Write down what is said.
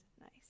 Nice